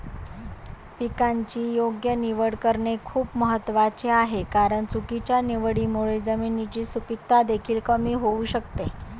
पिकाची योग्य निवड करणे खूप महत्वाचे आहे कारण चुकीच्या निवडीमुळे जमिनीची सुपीकता देखील कमी होऊ शकते